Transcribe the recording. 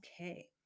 okay